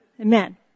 Amen